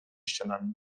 ścianami